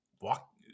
walk